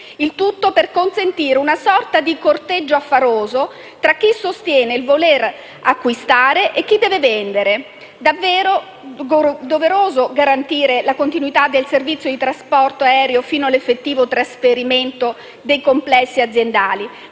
Il tutto avviene per consentire una sorta di corteggio affaroso tra chi sostiene di voler acquistare e chi deve vendere. È doveroso garantire la continuità del servizio di trasporto aereo fino all'effettivo trasferimento dei complessi aziendali,